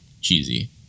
cheesy